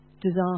disaster